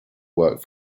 work